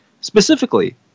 specifically